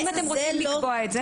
אם אתם רוצים לקבוע את זה